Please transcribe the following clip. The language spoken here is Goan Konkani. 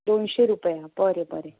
दोनशे रुपया बरें बरें